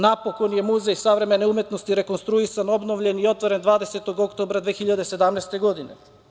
Napokon je Muzej savremene umetnosti rekonstruisan, obnovljen i otvoren 20. oktobra 2017. godine.